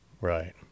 Right